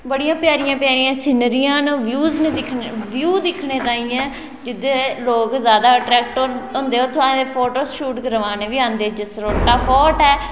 बड़ियां बड़ियां प्यारियां प्यारियां सीनरियां ना व्यूज न दिक्खने आहले व्यू दिक्खने ताईं ते के लोक ज्यादा अट्रेक्ट होंदे उत्थे असें गी फोटेशूट करवाने बी आंदे जसरोटा फोर्ट ऐ